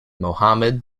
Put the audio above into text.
mohammed